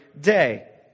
day